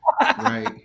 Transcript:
right